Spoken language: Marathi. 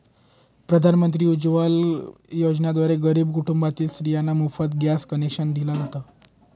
प्रधानमंत्री उज्वला योजनेद्वारे गरीब कुटुंबातील स्त्रियांना मोफत गॅस कनेक्शन दिल जात